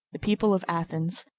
the people of athens,